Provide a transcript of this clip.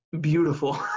Beautiful